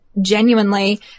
genuinely